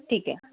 ठीक आहे